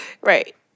right